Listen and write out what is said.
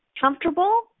comfortable